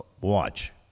watch